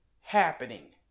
happening